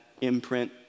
imprint